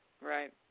Right